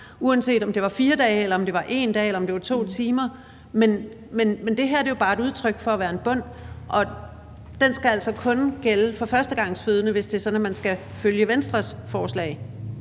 uanset om det er 4 dage, 1 dag eller 2 timer efter fødslen. Men det her er jo bare et udtryk for at være en bund, og den skal altså kun gælde for førstegangsfødende, hvis man skal følge Venstres forslag.